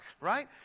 right